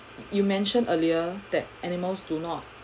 you mentioned earlier that animals do not